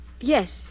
Yes